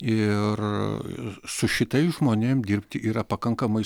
ir su šitais žmonėm dirbti yra pakankamai